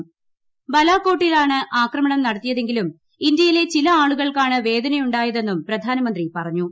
പൂ ബലാക്കോട്ടിലാണ് ആക്രമണം നടത്തിയതെങ്കിലും ഇന്ത്യയിലെ ചില ആളുകൾക്കാണ് വേദനയുണ്ടായതെന്നൂക്ട് പ്രിയാനമന്ത്രി പറഞ്ഞു